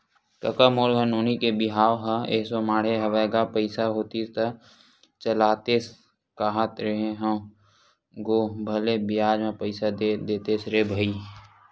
कका मोर घर नोनी के बिहाव ह एसो माड़हे हवय गा पइसा होतिस त चलातेस कांहत रेहे हंव गो भले बियाज म पइसा दे देतेस रे भई